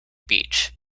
beach